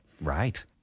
Right